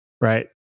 right